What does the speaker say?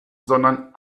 sondern